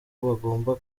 bagomba